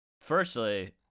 firstly